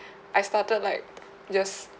I started like just